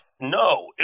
No